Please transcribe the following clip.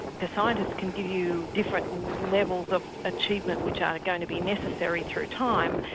the scientists can give you different levels of achievement which are going to be necessary through time,